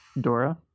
Dora